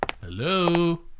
Hello